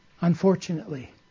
Unfortunately